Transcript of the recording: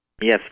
Yes